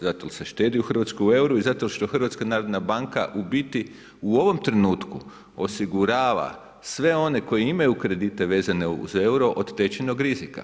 Zato jer se štedi u Hrvatskoj u euru, i zato što HNB u biti u ovom trenutku osigurava sve one koji imaju kredite vezane uz euro od tečajnog rizika.